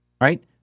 right